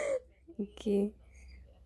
okay